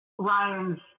Ryan's